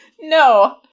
No